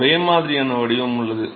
ஒரே மாதிரியான வடிவம் உள்ளது